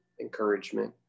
encouragement